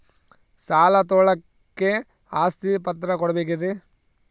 ಸಾಲ ತೋಳಕ್ಕೆ ಆಸ್ತಿ ಪತ್ರ ಕೊಡಬೇಕರಿ?